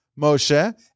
Moshe